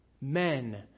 Men